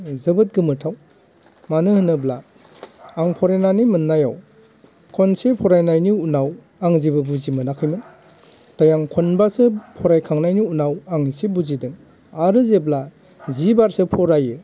जोबोद गोमोथाव मानो होनोब्ला आं फरायनानै मोननायाव खनसे फरायनायनि उनाव आङो जेबो बुजि मोनाखैमोन फाय आं खनबासो फरायखांनायनि उनाव आं एसे बुजिदों आरो जेब्ला जिबारसो फरायो